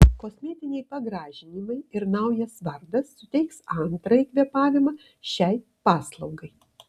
kosmetiniai pagražinimai ir naujas vardas suteiks antrąjį kvėpavimą šiai paslaugai